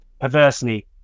perversely